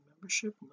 membership